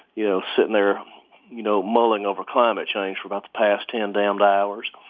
you know, sitting there you know mulling over climate change for about the past ten damned hours.